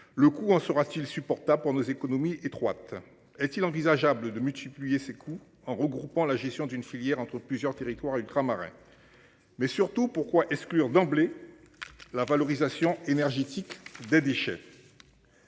Le coût en sera-t-il supportable pour nos économies étroite est-il envisageable de multiplier ces coûts en regroupant la gestion d'une filière entre plusieurs territoires ultramarins. Mais surtout pourquoi exclure d'emblée. La valorisation énergétique des déchets.